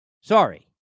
Sorry